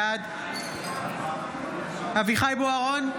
בעד אביחי אברהם בוארון,